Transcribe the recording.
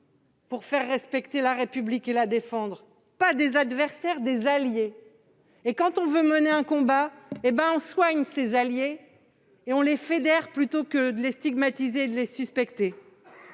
pour faire respecter la République et la défendre. Pas des adversaires ! Quand on veut conduire une bataille, on soigne ses alliés et on les fédère au lieu de les stigmatiser et de les suspecter